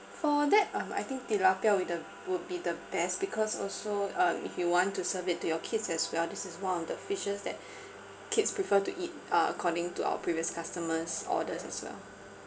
for that um I think tilapia will the would be the best because also um if you want to serve it to your kids as well this is one of the fishes that kids prefer to eat uh according to our previous customers orders as well